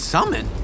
Summon